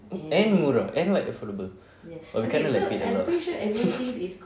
and murah and like affordable okay kind of like paid a lot